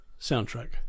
soundtrack